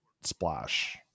splash